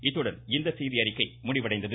இத்துடன் இந்த செய்தியறிக்கை முடிடைந்தது